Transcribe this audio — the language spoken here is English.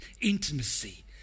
intimacy